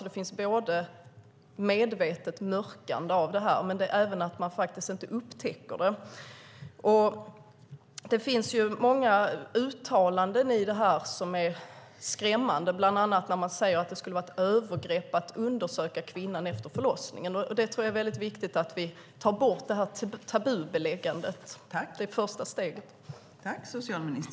Det händer att det är ett medvetet mörkande men även att man inte upptäcker det. Här finns många skrämmande uttalanden, bland annat att man säger att det skulle vara ett övergrepp att undersöka kvinnan efter förlossningen. Det är viktigt att vi får bort det här tabubeläggandet. Det är första steget.